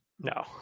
No